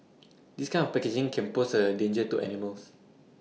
this kind of packaging can pose A danger to animals